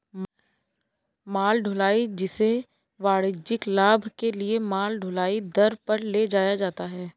माल ढुलाई, जिसे वाणिज्यिक लाभ के लिए माल ढुलाई दर पर ले जाया जाता है